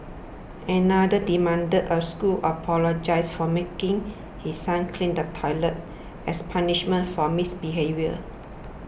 another demanded a school apologise for making his son clean the toilet as punishment for misbehaviour